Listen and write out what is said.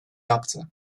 yaptı